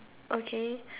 okay